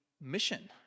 mission